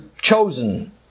chosen